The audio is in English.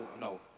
no